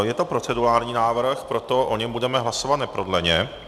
Je to procedurální návrh, proto o něm budeme hlasovat neprodleně.